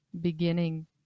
beginning